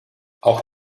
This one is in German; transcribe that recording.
auch